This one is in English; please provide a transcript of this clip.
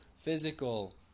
physical